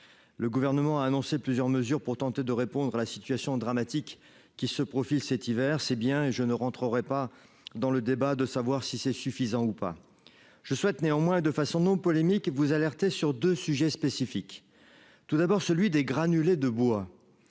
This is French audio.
le gouvernement a annoncé plusieurs mesures pour tenter de répondre à la situation dramatique qui se profile, cet hiver, c'est bien et je ne rentrerai pas dans le débat de savoir si c'est suffisant ou pas, je souhaite néanmoins de façon non polémique vous alerter sur 2 sujets spécifiques tout d'abord celui des granulés de bois,